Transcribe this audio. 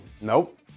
Nope